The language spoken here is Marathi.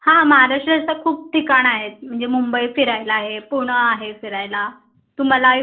हां महाराष्ट्रात असं खूप ठिकाण आहेत म्हणजे मुंबई फिरायला आहे पुणं आहे फिरायला तुम्हालाही